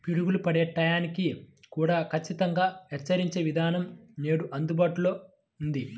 పిడుగులు పడే టైం ని కూడా ఖచ్చితంగా హెచ్చరించే విధానం నేడు అందుబాటులో ఉంది